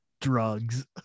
drugs